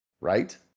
right